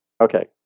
okay